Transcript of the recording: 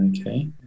Okay